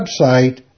website